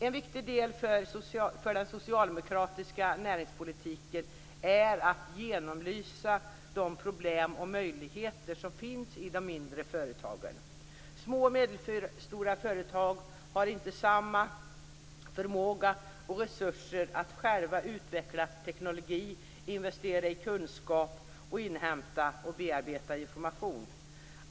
En viktig del för den socialdemokratiska näringspolitiken är att genomlysa de problem och möjligheter som finns i de mindre företagen. Små och medelstora företag har inte samma förmåga och resurser att själva utveckla teknologi, investera i kunskap, inhämta och bearbeta information.